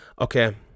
okay